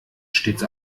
stets